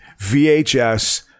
vhs